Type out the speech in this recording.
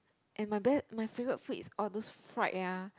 and my b~ my favourite food is all those fried ah